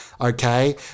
okay